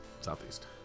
southeast